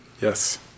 Yes